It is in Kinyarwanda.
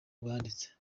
banditse